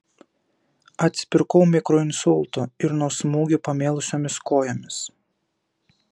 atsipirkau mikroinsultu ir nuo smūgių pamėlusiomis kojomis